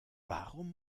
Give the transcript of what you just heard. warum